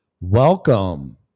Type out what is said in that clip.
welcome